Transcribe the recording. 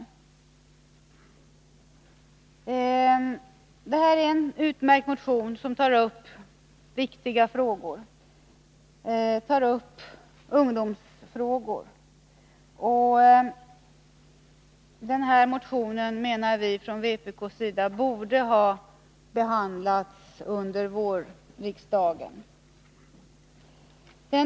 Motion 964 är en utmärkt motion, som tar upp viktiga ungdomsfrågor, och från vpk:s sida menar vi att den borde ha behandlats nu i vår.